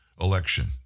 election